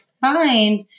find